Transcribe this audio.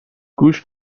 گوش